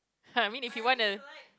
I mean if you wanna